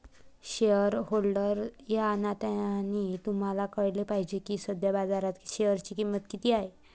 shareholder या नात्याने तुम्हाला कळले पाहिजे की सध्या बाजारात शेअरची किंमत किती आहे